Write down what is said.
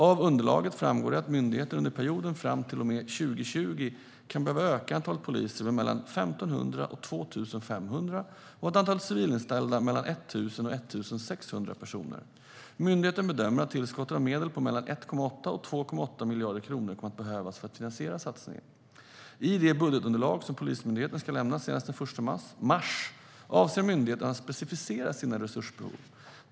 Av underlaget framgår det att myndigheten under perioden fram till och med 2020 kan behöva öka antalet poliser med mellan 1 500 och 2 500 och antalet civilanställda med mellan 1 000 och 1 600 personer. Myndigheten bedömer att tillskott av medel på mellan 1,8 och 2,8 miljarder kronor kommer att behövas för att finansiera satsningen. I det budgetunderlag som Polismyndigheten ska lämna senast den 1 mars avser myndigheten att specificera sina resursbehov.